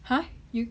!huh! you